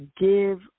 give